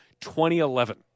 2011